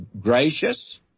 gracious